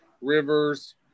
rivers